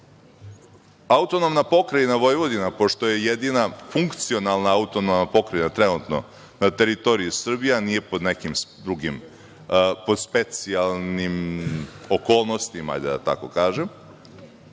Autonomna pokrajina Vojvodina, pošto je jedina funkcionalna autonomna pokrajina na teritoriji Srbije, a nije pod nekim specijalnim okolnostima, da tako kažem,